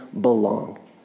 belong